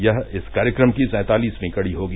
यह इस कार्यक्रम की सैंतालिसवीं कड़ी होगी